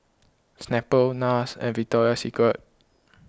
Snapple Nars and Victoria Secret